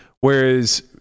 Whereas